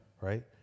Right